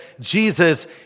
Jesus